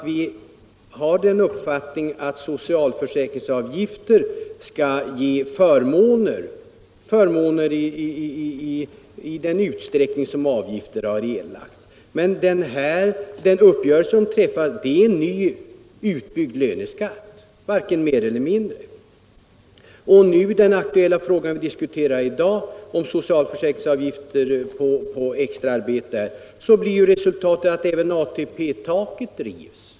Vi menar att socialförsäkringsavgifter skall ge förmåner i den utsträckning som de har erlagts. Den uppgörelse som här träffades innebar däremot en utbyggd löneskatt, varken mer eller mindre. I frågan om socialförsäkringsavgifter för extraarbete, som vi diskuterar i dag, blir resultatet att även ATP-taket rivs.